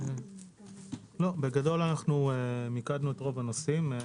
בגדול מיקדנו את רוב הנושאים.